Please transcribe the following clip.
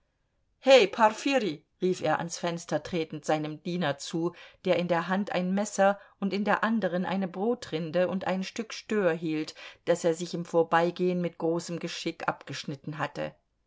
he porfirij rief er ans fenster tretend seinem diener zu der in der einen hand ein messer und in der anderen eine brotrinde und ein stück stör hielt das er sich im vorbeigehen mit großem geschick abgeschnitten hatte